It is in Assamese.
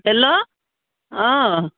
হেল্ল' অঁ